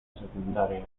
secundaria